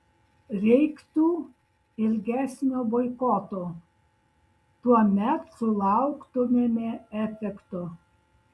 reiktų ilgesnio boikoto tuomet sulauktumėme efekto